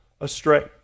astray